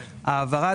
הממשלה.